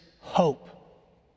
hope